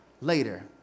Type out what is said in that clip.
later